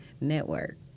network